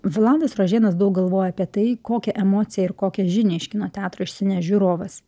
vladas rožėnas daug galvoja apie tai kokią emociją ir kokią žinią iš kino teatro išsineš žiūrovas